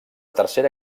tercera